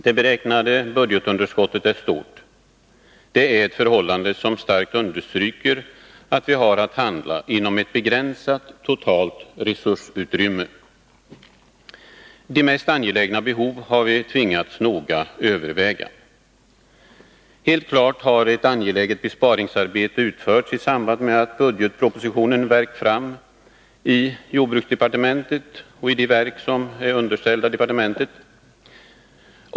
Det beräknade budgetunderskottet är stort — ett förhållande som starkt understryker att vi har att handla inom ett begränsat totalt resursutrymme. Även de mest 39 angelägna behov har vi tvingats noga överväga. Helt klart har ett angeläget besparingsarbete utförts i samband med att budgetpropositionen värkt fram i jordbruksdepartementet och i de verk som är underställda departementet.